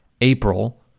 April